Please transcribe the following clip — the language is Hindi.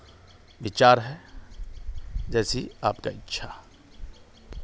विचार है जैसे आपकी इच्छा